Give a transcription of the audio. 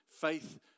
Faith